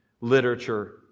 literature